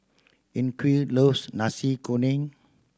Enrique loves Nasi Kuning